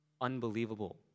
unbelievable